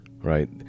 Right